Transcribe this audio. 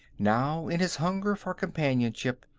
now, in his hunger for companionship,